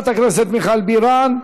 חבר הכנסת אילן גילאון,